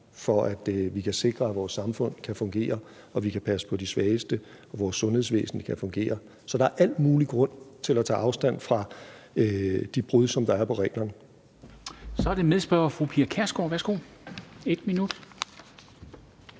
for at vi kan sikre, at vores samfund kan fungere, at vi kan passe på de svageste, og at vores sundhedsvæsen kan fungere. Så der er al mulig grund til at tage afstand fra de brud, der er på reglerne. Kl. 14:04 Formanden (Henrik Dam Kristensen):